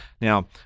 Now